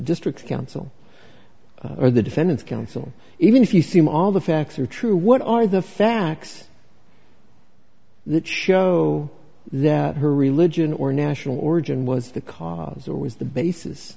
district council or the defendant's counsel even if you seem all the facts are true what are the facts that show that her religion or national origin was the cause or was the bas